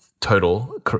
total